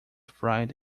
fried